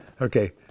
okay